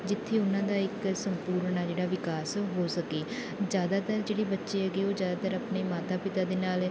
ਜਿੱਥੇ ਉਹਨਾਂ ਦਾ ਇੱਕ ਸੰਪੂਰਨ ਆ ਜਿਹੜਾ ਵਿਕਾਸ ਹੋ ਸਕੇ ਜ਼ਿਆਦਾਤਰ ਜਿਹੜੀ ਬੱਚੇ ਹੈਗੇ ਉਹ ਜ਼ਿਆਦਾਤਰ ਆਪਣੇ ਮਾਤਾ ਪਿਤਾ ਦੇ ਨਾਲ